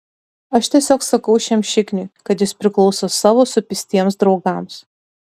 aš tiesiog sakau šiam šikniui kad jis priklauso savo supistiems draugams